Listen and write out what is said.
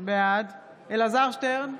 בעד אלעזר שטרן,